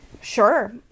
Sure